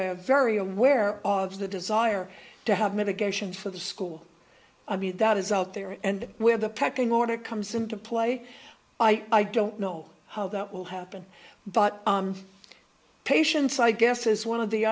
are very aware of the desire to have mitigation for the school that is out there and where the pecking order comes into play i don't know how that will happen but patience i guess is one of the